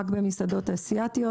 רק במסעדות אסיאתיות,